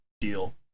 deal